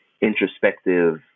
introspective